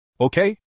Okay